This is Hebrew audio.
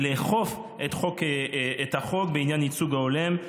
ולאכוף את החוק בעניין הייצוג ההולם.